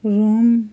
Rome